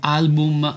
album